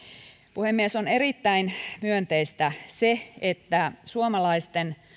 puhemies on erittäin myönteistä se että suomalaisten